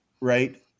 right